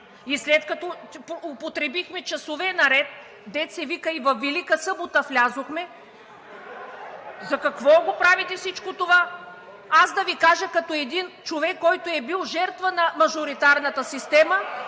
И след като употребихме часове наред, дето се вика и във Велика събота влязохме, за какво го правите всичко това? Аз да Ви кажа като един човек, който е бил жертва на мажоритарната система,